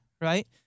right